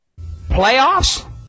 Playoffs